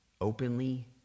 openly